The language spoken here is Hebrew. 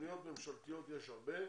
תוכניות ממשלתיות יש הרבה,